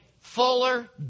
fuller